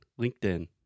LinkedIn